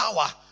power